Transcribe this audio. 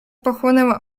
pochłonęła